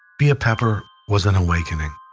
be a pepper was an awakening.